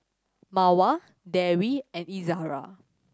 Mawar Dewi and Izara